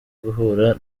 guhura